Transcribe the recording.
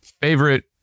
Favorite